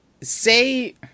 say